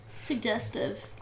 suggestive